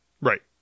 Right